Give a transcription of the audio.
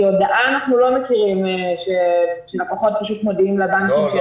כי הודעה אנחנו לא מכירים שלקוחות פשוט מגיעים לבנקים כשנכנס צ'ק.